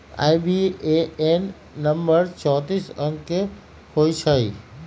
IBAN number चौतीस अंक के होइ छइ